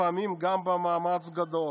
לפעמים גם במאמץ גדול.